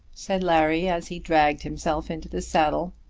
said larry, as he dragged himself into the saddle.